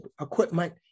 equipment